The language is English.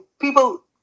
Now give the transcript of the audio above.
people